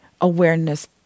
awareness